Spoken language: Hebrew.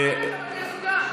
חבר הכנסת גנץ,